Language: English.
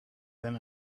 than